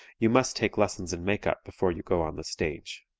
you must take lessons in makeup before you go on the stage.